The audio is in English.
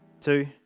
two